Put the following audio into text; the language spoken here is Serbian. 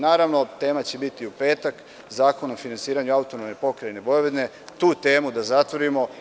Naravno, tema će biti u petak – Zakon o finansiranju AP Vojvodine, tu temu da zatvorimo.